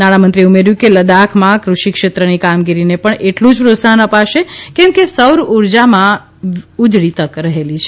નાણામંત્રીએ ઉમેર્યુ કે લદાખમાં ક્રષિક્ષેત્રની કામગીરીને પણ એટલુ જ પ્રોત્સાહન અપાશે કેમકે સૌરઉર્જામાં ઉજળી તક રહેલી છે